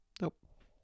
Nope